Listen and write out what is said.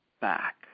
back